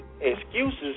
excuses